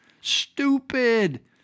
stupid